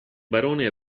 barone